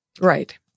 Right